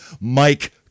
Mike